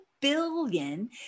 Billion